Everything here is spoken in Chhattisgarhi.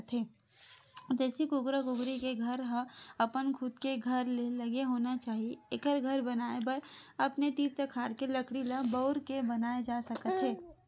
देसी कुकरा कुकरी के घर ह अपन खुद के घर ले लगे होना चाही एखर घर बनाए बर अपने तीर तखार के लकड़ी ल बउर के बनाए जा सकत हे